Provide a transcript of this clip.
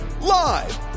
live